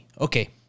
Okay